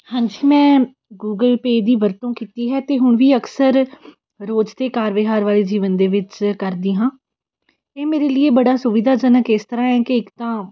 ਹਾਂਜੀ ਮੈਂ Google Pay ਦੀ ਵਰਤੋਂ ਕੀਤੀ ਹੈ ਅਤੇ ਹੁਣ ਵੀ ਅਕਸਰ ਰੋਜ਼ ਅਤੇ ਕਾਰ ਵਿਹਾਰ ਵਾਲੇ ਜੀਵਨ ਦੇ ਵਿੱਚ ਕਰਦੀ ਹਾਂ ਇਹ ਮੇਰੇ ਲਈ ਬੜਾ ਸੁਵਿਧਾਜਨਕ ਇਸ ਤਰ੍ਹਾਂ ਹੈ ਕਿ ਇੱਕ ਤਾਂ